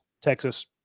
texas